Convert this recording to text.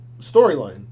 storyline